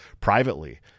privately